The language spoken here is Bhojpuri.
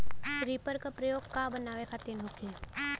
रिपर का प्रयोग का बनावे खातिन होखि?